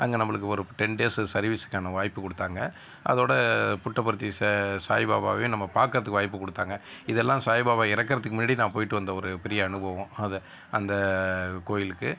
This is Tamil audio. அங்க நம்மளுக்கு ஒரு டென் டேஸ்ஸஸ் சர்வீஸுக்கான வாய்ப்பு கொடுத்தாங்க அதோடய புட்டபர்த்தி சே சாய்பாபாவையும் நம்ம பார்க்கறதுக்கு வாய்ப்பு கொடுத்தாங்க இதெல்லாம் சாய்பாபா இறக்கிறதுக்கு முன்னாடி நான் போய்ட்டு வந்த ஒரு பெரிய அனுபவம் அதை அந்த கோயிலுக்கு